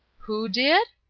who did?